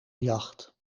jacht